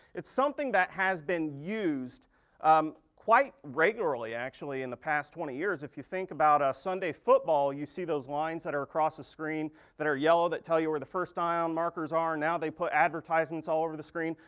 it's something that has been used um quite regulary actually in the past twenty years if you think about ah sunday football, you see those lines that are across the screen that are yellow that tell you where the first um markers are and now they put adverstisements all over the screen.